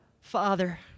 Father